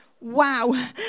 Wow